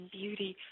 beauty